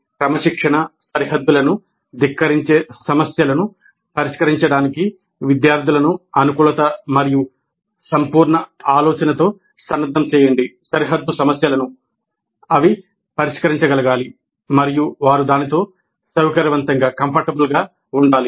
కాబట్టి క్రమశిక్షణా సరిహద్దులను ధిక్కరించే సమస్యలను పరిష్కరించడానికి విద్యార్థులను అనుకూలత మరియు సంపూర్ణ ఆలోచనతో సన్నద్ధం చేయండి సరిహద్దు సమస్యలను ఉండాలి